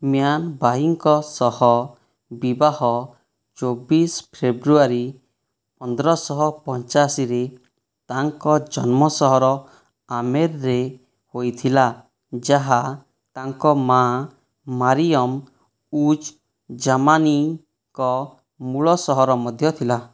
ମ୍ୟାନ୍ବାଇଙ୍କ ସହ ବିବାହ ଚବିଶି ଫେବୃୟାରୀ ପନ୍ଦରଶହ ପଞ୍ଚାଅଶିରେ ତାଙ୍କ ଜନ୍ମ ସହର ଆମେର୍ରେ ହୋଇଥିଲା ଯାହା ତାଙ୍କ ମା ମାରିୟମ୍ ଉଜ୍ ଜାମାନିଙ୍କ ମୂଳ ସହର ମଧ୍ୟ ଥିଲା